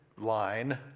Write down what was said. line